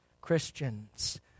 Christians